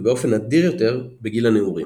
ובאופן נדיר יותר בגיל הנעורים.